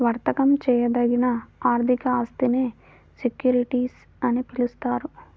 వర్తకం చేయదగిన ఆర్థిక ఆస్తినే సెక్యూరిటీస్ అని పిలుస్తారు